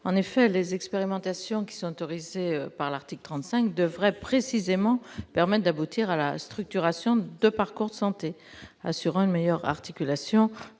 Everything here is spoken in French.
En effet, les expérimentations autorisées par l'article 35 devraient précisément permettre d'aboutir à la structuration de parcours de santé assurant une meilleure articulation